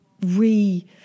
re